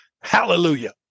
hallelujah